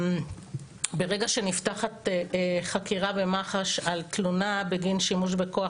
ברגע שנפתחת חקירה במח"ש על תלונה בגין שימוש בכוח